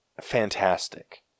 fantastic